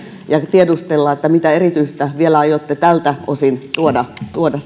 tiedustella mitä erityisiä esityksiä vielä aiotte sitten tältä osin tuoda tuoda